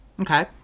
Okay